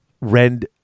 Rend